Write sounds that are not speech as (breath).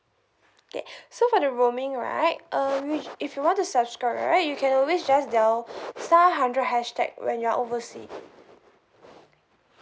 okay (breath) so for the roaming right uh we if you want to subscribe right you can always just dial (breath) star hundred hashtag when you're oversea